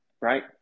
right